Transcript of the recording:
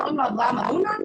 קוראים לו אברהם אמונה,